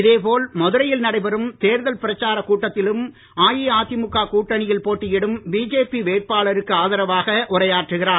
இதே போல் மதுரையில் நடைபெறும் தேர்தல் பிரச்சார கூட்டத்திலும் அஇஅதிமுக கூட்டணியில் போட்டியிடும் பிஜேபி வேட்பாளருக்கு ஆதரவாக உரையாற்றுகிறார்